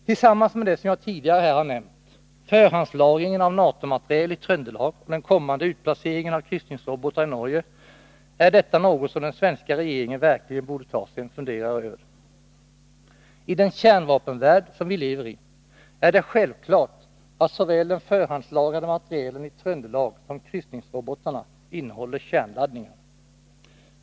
Tillsammans med det som jag tidigare här har nämnt, förhandslagringen av NATO-materiel i Tröndelag och den kommande utplaceringen av kryssningsrobotar i Norge, är detta något som den svenska regeringen verkligen borde ta sig en funderare över. I den kärnvapenvärld som vi lever i, är det självklart att såväl den förhandslagrade materielen i Tröndelag som kryssningsrobotarna innehåller kärnladdningar.